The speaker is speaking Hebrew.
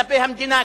כלפי המדינה,